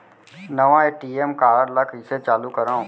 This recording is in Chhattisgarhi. नवा ए.टी.एम कारड ल कइसे चालू करव?